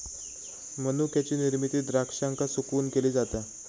मनुक्याची निर्मिती द्राक्षांका सुकवून केली जाता